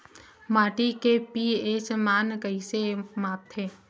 माटी के पी.एच मान कइसे मापथे?